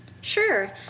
Sure